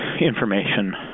information